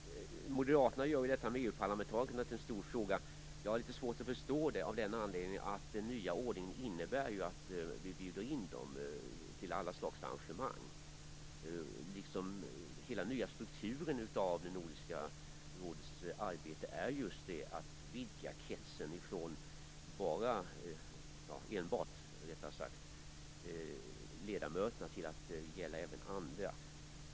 Fru talman! Moderaterna gör detta med EU parlamentarikerna till en stor fråga. Jag har litet svårt att förstå det av den anledningen att den nya ordningen innebär att vi bjuder in dem till alla slags arrangemang. Hela den nya strukturen av Nordiska rådets arbete går ut på att vidga kretsen från enbart ledamöterna till att omfatta även andra.